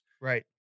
right